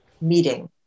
meeting